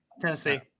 Tennessee